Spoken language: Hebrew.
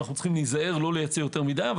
צריכים להיזהר לא לייצא יותר מדי אבל